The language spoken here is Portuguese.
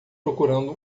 procurando